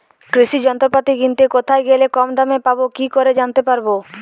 কৃষি যন্ত্রপাতি কিনতে কোথায় গেলে কম দামে পাব কি করে জানতে পারব?